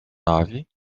nove